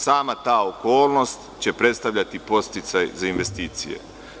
Sama ta okolnost će predstavljati podsticaj za investicije.